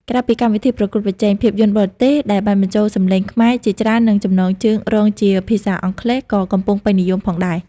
ក្រៅពីកម្មវិធីប្រកួតប្រជែង ភាពយន្តបរទេសដែលបានបញ្ចូលសំឡេងខ្មែរជាមួយនឹងចំណងជើងរងជាភាសាអង់គ្លេសក៏កំពុងពេញនិយមផងដែរ។